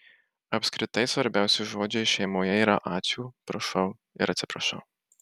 apskritai svarbiausi žodžiai šeimoje yra ačiū prašau ir atsiprašau